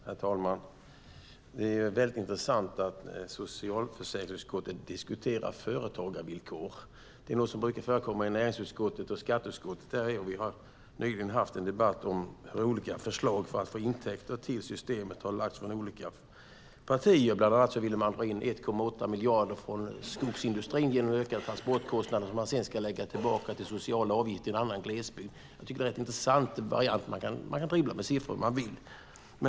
Herr talman! Det är väldigt intressant att socialförsäkringsutskottet diskuterar företagarvillkor. Det är något som brukar förekomma i näringsutskottet och skatteutskottet. Vi har nyligen haft en debatt om olika förslag för att få intäkter till systemet som har lagts fram från olika partier. Bland annat ville man dra in 1,8 miljarder från skogsindustrin genom ökade transportkostnader som man sedan ska lägga tillbaka till sociala avgifter i en annan glesbygd. Det är en rätt intressant variant. Man kan dribbla med siffror om man vill.